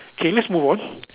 K let's move on